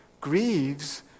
grieves